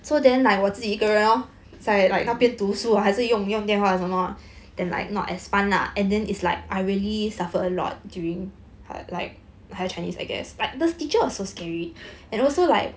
mm